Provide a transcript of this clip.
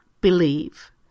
believe